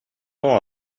temps